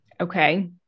Okay